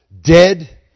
dead